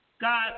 God